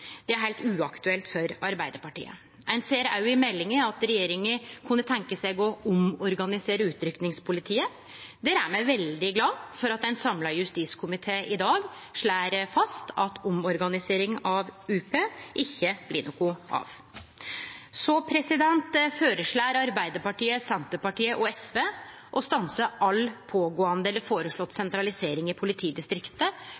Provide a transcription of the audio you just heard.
Det er heilt uaktuelt for Arbeidarpartiet. Ein ser òg i meldinga at regjeringa kunne tenkje seg å omorganisere utrykkingspolitiet. Der er me veldig glade for at ein samla justiskomité i dag slår fast at omorganisering av UP ikkje blir noko av. Så føreslår Arbeidarpartiet, Senterpartiet og SV å stanse all pågåande eller